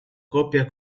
coppia